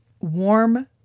warm